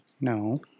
No